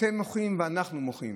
אתם מוחים ואנחנו מוחים.